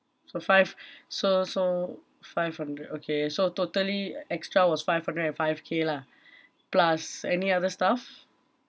so five so so five hundred okay so totally extra was five hundred and five K lah plus any other stuff